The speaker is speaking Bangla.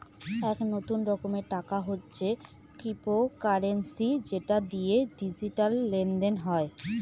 এক নতুন রকমের টাকা হচ্ছে ক্রিপ্টোকারেন্সি যেটা দিয়ে ডিজিটাল লেনদেন হয়